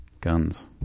Guns